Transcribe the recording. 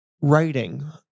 writing